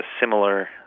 similar